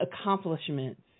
accomplishments